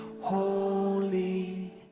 holy